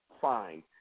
fine